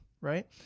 right